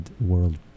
world